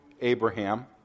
Abraham